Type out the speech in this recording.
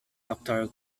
doctor